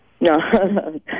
No